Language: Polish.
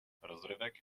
rozrywek